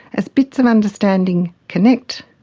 as bits of understanding connect,